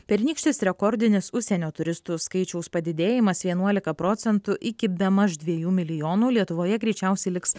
pernykštis rekordinis užsienio turistų skaičiaus padidėjimas vienuolika procentų iki bemaž dviejų milijonų lietuvoje greičiausiai liks